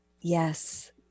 yes